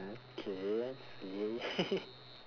mm K I see